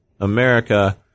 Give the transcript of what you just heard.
America